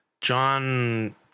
John